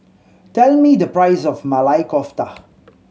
tell me the price of Maili Kofta